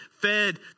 fed